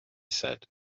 said